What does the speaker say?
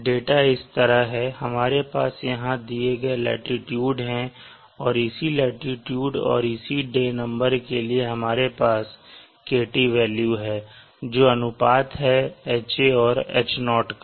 data इस तरह हैं हमारे पास यहां दिए गए लाटीट्यूड है और इसी लाटीट्यूड और इसी डे नंबर के लिए हमारे पास kt वेल्यू है जो अनुपात है Ha और H0 का